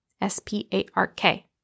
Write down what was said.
S-P-A-R-K